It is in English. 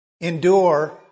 endure